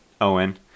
owen